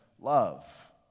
love